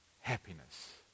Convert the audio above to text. happiness